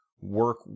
work